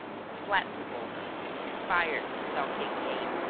flat revolver and fired without taking aim.